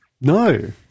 No